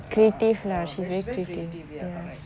uh ya she's very creative ya correct